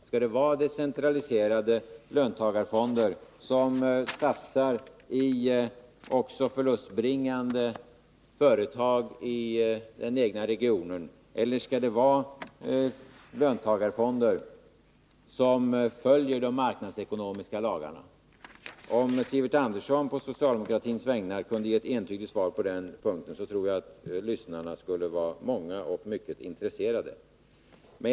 Skall det vara decentraliserade löntagarfonder som satsar också i förlustbringande företag i den egna regionen eller skall det vara löntagarfonder som följer de marknadsekonomiska lagarna? Om Sivert Andersson på socialdemokratins vägnar kunde ge ett entydigt svar på den punkten tror jag att lyssnarna skulle vara många och mycket intresserade.